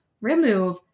remove